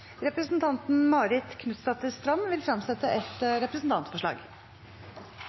Representanten Marit Knutsdatter Strand vil fremsette et representantforslag.